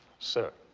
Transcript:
sir,